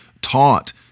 taught